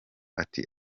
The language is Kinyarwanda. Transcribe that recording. ati